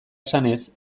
esanez